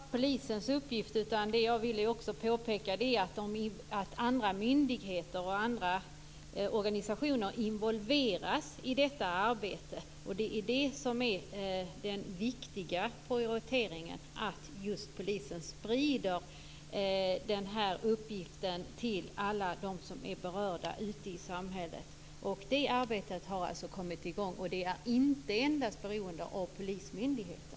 Fru talman! Nu är ju det här inte bara polisens uppgift, utan det jag ville påpeka är att också andra myndigheter och organisationer involveras i detta arbete. Det är det som är den viktiga prioriteringen, att just polisen sprider den här uppgiften till alla de som är berörda ute i samhället. Det arbetet har alltså kommit igång, och det är inte endast beroende av polismyndigheter.